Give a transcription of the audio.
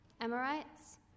Amorites